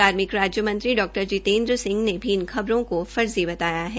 कार्मिक राज्य मंत्र डॉ जितेन्द्र सिंह ने भी इन खबरों को फर्जी बताया है